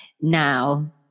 now